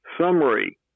Summary